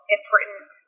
important